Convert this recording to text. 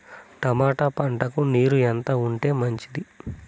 Tomato పంటకు నీరు ఎంత ఉంటే మంచిది?